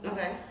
Okay